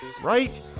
Right